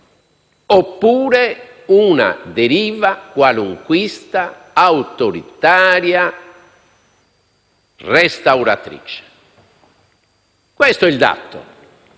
oppure una deriva qualunquista autoritaria e restauratrice. Questo è il dato